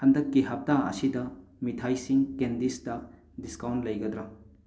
ꯍꯟꯗꯛꯀꯤ ꯍꯞꯇꯥ ꯑꯁꯤꯗ ꯃꯤꯊꯥꯏꯁꯤꯡ ꯀꯦꯟꯗꯤꯁꯇ ꯗꯤꯁꯀꯥꯎꯟ ꯂꯩꯒꯗ꯭ꯔꯥ